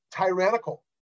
tyrannical